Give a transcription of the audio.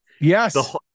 yes